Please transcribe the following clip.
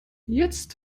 jetzt